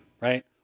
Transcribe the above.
right